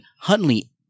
Huntley